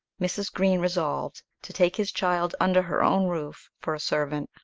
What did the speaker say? mrs. green resolved to take his child under her own roof for a servant.